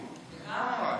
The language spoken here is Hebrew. לגמרי.